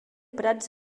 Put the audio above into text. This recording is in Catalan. prats